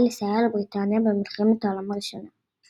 לסייע לבריטניה במלחמת העולם הראשונה.